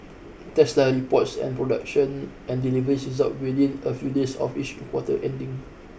Tesla reports and production and deliveries results within a few days of each quarter ending